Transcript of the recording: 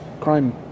crime